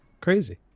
Crazy